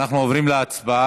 אנחנו עוברים להצבעה.